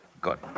Good